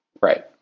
Right